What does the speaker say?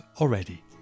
already